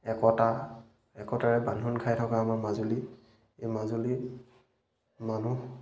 একতা একতাৰে বান্ধোন খাই থকা আমাৰ মাজুলী এই মাজুলীৰ মানুহ